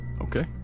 Okay